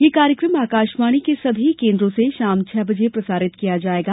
यह कार्यक्रम आकाशवाणी के सभी केन्द्रों से शाम छह बजे प्रसारित किया जाएगा